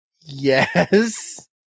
yes